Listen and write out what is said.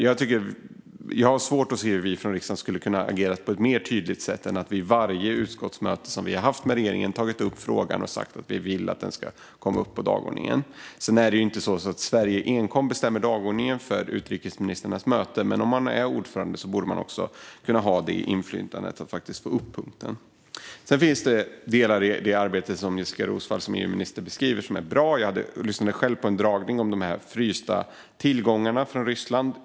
Jag har svårt att se hur vi från riksdagen skulle ha kunnat agera på ett mer tydligt sätt än att vi vid varje utskottsmöte som vi haft med regeringen har tagit upp frågan och sagt att vi vill att den ska upp på dagordningen. Sedan är det inte så att Sverige ensamt bestämmer dagordningen för utrikesministrarnas möte. Men om man är ordförande borde man också kunna ha det inflytandet att faktiskt få upp punkten. Det finns delar i det arbete som EU-minister Jessika Roswall beskriver som är bra. Jag lyssnade själv på en föredragning om de frysta tillgångarna från Ryssland.